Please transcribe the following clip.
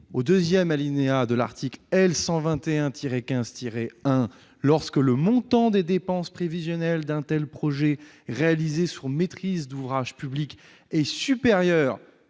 au 2° de l'article L. 121-15-1, lorsque le montant des dépenses prévisionnelles d'un tel projet réalisé sous maîtrise d'ouvrage publique est supérieur